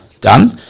done